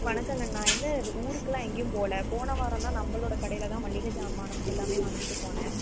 வணக்கோங்கண்ணா இல்லை இது ஊருக்கலாம் எங்கேயும் போகல போன வாரந்தான் நம்மளோட கடையில் தான் மளிகை ஜாமனும் எல்லாம் வாங்கிட்டு போனேன்